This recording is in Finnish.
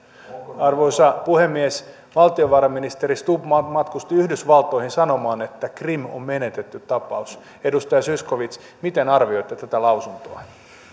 arvoisa puhemies valtiovarainministeri stubb matkusti yhdysvaltoihin sanomaan että krim on menetetty tapaus edustaja zyskowicz miten arvioitte tätä lausuntoa